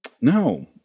No